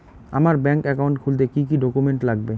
আমার bank account খুলতে কি কি ডকুমেন্ট লাগবে?